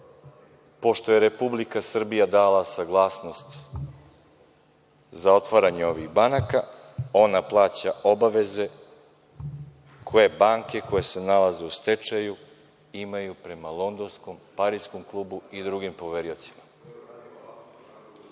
pošto je Republika Srbija dala saglasnost za otvaranje ovih banaka, ona plaća obaveze koje banke koje se nalaze u stečaju imaju prema Londonskom, Pariskom klubu i drugim poveriocima. Kao